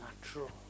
natural